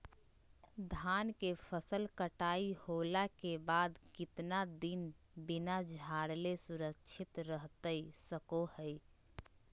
धान के फसल कटाई होला के बाद कितना दिन बिना झाड़ले सुरक्षित रहतई सको हय?